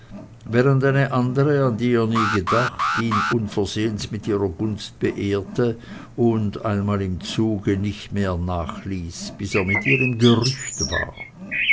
eine andere an die er nie gedacht ihn unversehens mit ihrer gunst beehrte und einmal im zuge nicht mehr nachließ bis er mit ihr im gerücht war